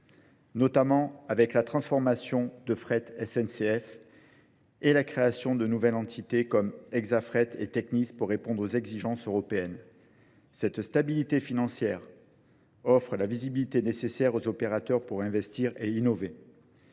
notamment avec la transformation de fret SNCF et la création de nouvelles entités comme Hexafret et Technis pour répondre aux exigences européennes. Cette stabilité financière offre la visibilité nécessaire aux opérateurs pour investir et innover.